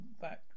back